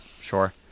sure